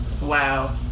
Wow